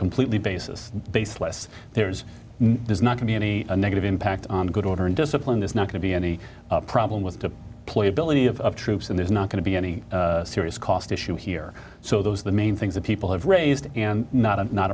completely baseless baseless there's no there's not to be any negative impact on good order and discipline is not going to be any problem with to play ability of troops and there's not going to be any serious cost issue here so those are the main things that people have raised and not a not